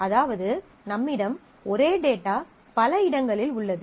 அதாவது நம்மிடம் ஒரே டேட்டா பல இடங்களில் உள்ளது